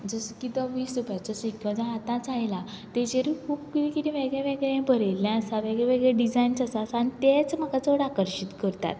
जसो की तो वीस रुपयाचो सिक्को जो आतांच आयला तेजेरूय खूब किदें किदें वेगळेंवेगळें बरयल्लें आसा वेगळेंवेगळें डिजायन्स आसा आनी तेच म्हाका चड आकर्शीत करतात